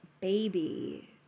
baby